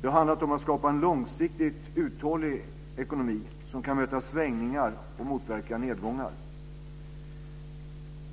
Det har handlat om att skapa en långsiktigt uthållig ekonomi som kan möta svängningar och motverka nedgångar.